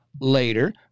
later